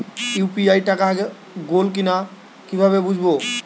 UPI টাকা গোল কিনা কিভাবে বুঝব?